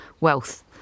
wealth